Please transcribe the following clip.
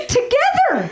together